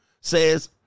says